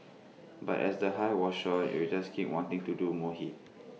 but as the high was short you just keep wanting to do more hits